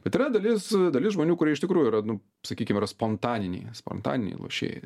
bet yra dalis dalis žmonių kurie iš tikrųjų yra nu sakykim yra spontaniniai spontaniniai lošėjai